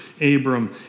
Abram